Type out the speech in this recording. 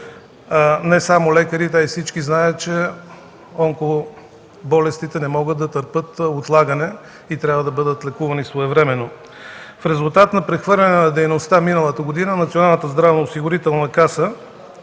Не само лекарите, а и всички знаят, че онкоболестите не могат да търпят отлагане и трябва да бъдат лекувани своевременно. В резултат на прехвърляне на дейността миналата година, Националната здравноосигурителна каса